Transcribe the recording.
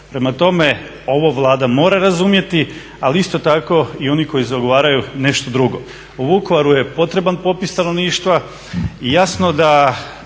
Prema tome, ovo Vlada mora razumjeti ali isto tako i oni koji zagovaraju nešto drugo. U Vukovaru je potreban popis stanovništva i jasno da